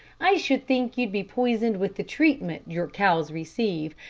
i should think you'd be poisoned with the treatment your cows receive,